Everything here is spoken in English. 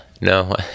No